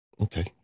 okay